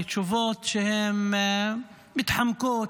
לתשובות מתחמקות,